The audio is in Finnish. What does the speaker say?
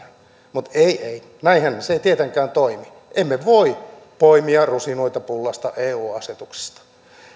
mutta ei ei näinhän se ei tietenkään toimi emme voi poimia rusinoita pullasta eu asetuksista